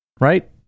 Right